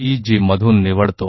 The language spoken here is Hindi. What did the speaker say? ईईजी इसमें से चुनता है